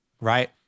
Right